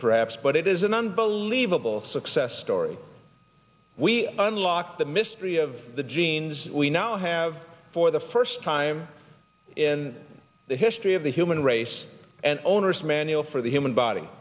perhaps but it is an unbelievable success story we unlock the mystery of the genes we now have for the first time in the history of the human race an owners manual for the human body